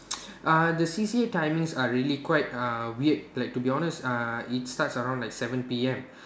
uh the C_C_A timings are really quite uh weird like to be honest it starts around like seven P_M